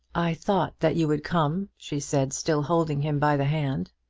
i thought that you would come, she said, still holding him by the hand.